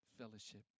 fellowship